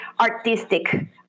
artistic